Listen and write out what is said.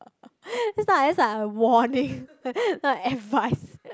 that's like that's like a warning not advice